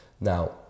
now